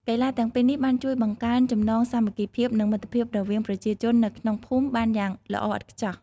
កីឡាទាំងពីរនេះបានជួយបង្កើនចំណងសាមគ្គីភាពនិងមិត្តភាពរវាងប្រជាជននៅក្នុងភូមិបានយ៉ាងល្អឥតខ្ចោះ។